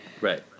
Right